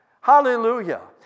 Hallelujah